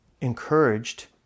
encouraged